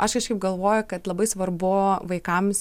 aš kažkaip galvoju kad labai svarbu vaikams